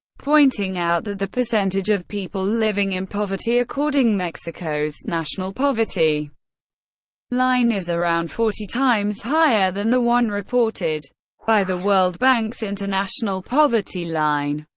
pointing out that the percentage of people living in poverty according mexico's national poverty line is around forty times higher than the one reported by the world bank's international poverty line,